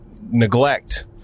neglect